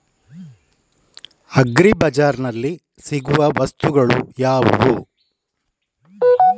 Agri ಬಜಾರ್ನಲ್ಲಿ ಸಿಗುವ ವಸ್ತುಗಳು ಯಾವುವು?